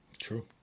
True